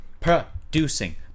producing